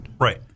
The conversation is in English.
Right